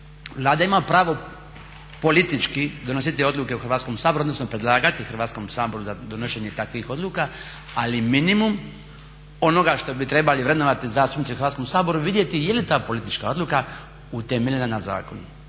Vlada ima pravo politički donositi odluke u Hrvatskom saboru odnosno predlagati Hrvatskom saboru za donošenje takvih odluka, ali minimum onoga što bi trebali vrednovati zastupnici u Hrvatskom saboru, vidjeti je li ta politička odluka utemeljena na zakonu